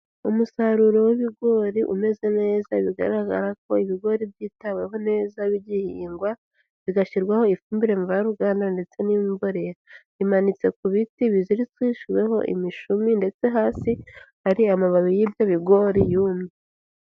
Umusaruro w'ibigori umeze neza bigaragara ko ibigori byitaweho neza bigihingwa, bigashyirwaho ifumbire mvaruganda ndetse n'iy'imborera. Bimanitse ku biti bizirikishweho imishumi ndetse hasi, hari amababi y'ibyo bigori yumye.